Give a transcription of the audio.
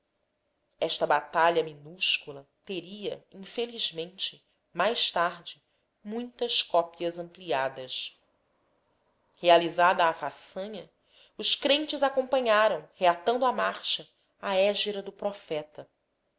esta batalha minúscula teria infelizmente mais tarde muitas cópias ampliadas realizada a façanha os crentes acompanharam reatando a marcha a hégira do profeta